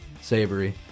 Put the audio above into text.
savory